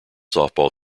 softball